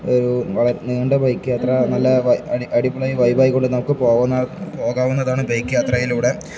ഒരു നീണ്ട ബൈക്ക് യാത്ര നല്ല അടിപൊളിയായി വൈബായിക്കൊണ്ട് നമുക്കു പോകുന്ന പോകാവുന്നതാണ് ബൈക്ക് യാത്രയിലൂടെ